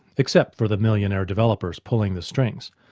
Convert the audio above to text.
except for the millionaire developers pulling the strings.